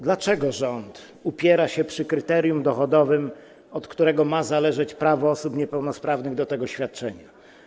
Dlaczego rząd upiera się przy kryterium dochodowym, od którego ma zależeć prawo osób niepełnosprawnych do tego świadczenia?